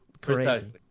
Precisely